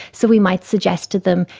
so we might suggest to them,